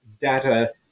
data